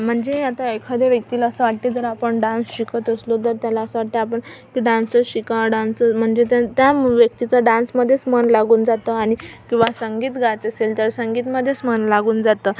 म्हणजे आता एखाद्या व्यक्तीला असं वाटते जर आपण डान्स शिकत असलो तर त्याला असं वाटते आपण की डान्सचं शिकावं डान्सर म्हणजे त्या त्या व्यक्तीचं डान्समध्येच मन लागून जातं आणि किंवा संगीत गात असेल तर संगीतामध्येच मन लागून जातं